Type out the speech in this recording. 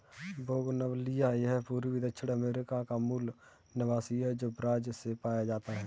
bougainvillea यह पूर्वी दक्षिण अमेरिका का मूल निवासी है, जो ब्राज़ से पाया जाता है